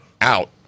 out